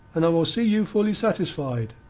and i will see you fully satisfied.